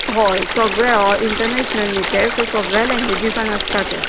हय सगळे होय इंटरनॅशनल न्ही ते सगळ्या लेंगवेजीसान आसता ते